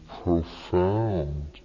profound